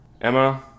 Emma